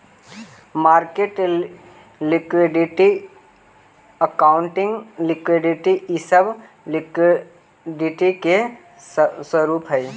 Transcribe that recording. market liquidity, accounting liquidity इ सब liquidity के स्वरूप हई